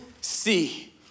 see